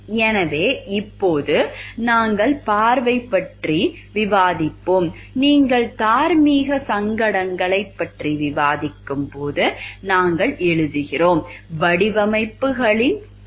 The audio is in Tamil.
எனவே இப்போது நாங்கள் பார்வை பற்றி விவாதிப்போம் நீங்கள் தார்மீக சங்கடங்களைப் பற்றி விவாதிக்கும்போது நாங்கள் எழுதுகிறோம் வடிவமைப்புகளின் தன்மை பற்றி நாங்கள் விவாதித்தோம்